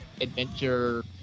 adventure